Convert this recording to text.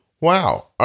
Wow